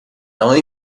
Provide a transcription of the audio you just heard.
eye